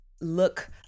look